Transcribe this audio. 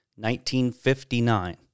1959